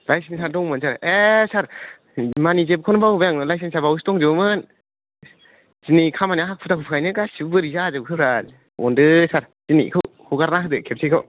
licence आ दंमोन सार ए सार मानि जेबखौनो बावबोबाय आं लायसेन्स आ बावसो दंजोबो मोन दिनै खामानियाव हाखु दाखु खायनो गासिबो बोरै जाजोबखोब्रा अनदो सार दिनैखौ हगारना होदो खेबसेखौ